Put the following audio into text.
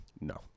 No